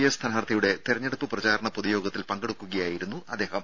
A സ്ഥാനാർത്ഥിയുടെ തെരഞ്ഞെ ടുപ്പ് പ്രചാരണ പൊതുയോഗത്തിൽ പങ്കെടുക്കുകയായിരുന്നു അദ്ദേഹം